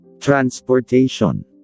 Transportation